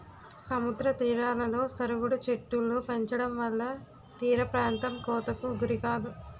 సముద్ర తీరాలలో సరుగుడు చెట్టులు పెంచడంవల్ల తీరప్రాంతం కోతకు గురికాదు